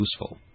useful